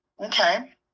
Okay